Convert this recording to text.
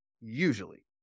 usually